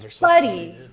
buddy